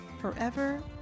forever